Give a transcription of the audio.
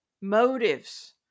motives